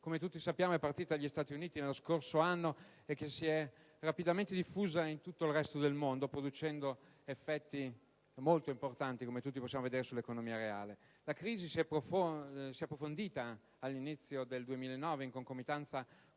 come tutti sappiamo, è partita dagli Stati Uniti nello scorso anno e si è rapidamente diffusa in tutto il resto del mondo, producendo effetti molto importanti anche sull'economia reale. La crisi si è approfondita all'inizio del 2009 in concomitanza